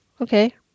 Okay